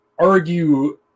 argue